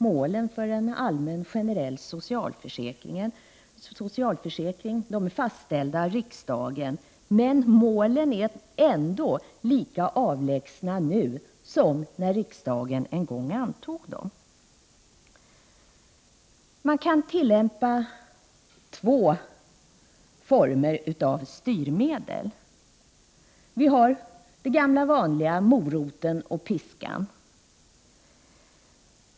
Målen för en allmän generell socialförsäkring är fastställda i riksdagen, men målen är ändå lika avlägsna nu som när riksdagen en gång antog dem. Man kan tillämpa två former av styrmedel. Vi har de gamla vanliga, moroten och piskan.